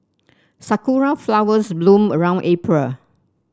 sakura flowers bloom around April